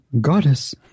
goddess